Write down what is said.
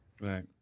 right